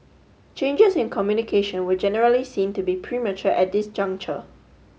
changes in communication were generally seen to be premature at this juncture